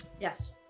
Yes